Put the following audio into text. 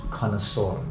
Connoisseur